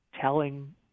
telling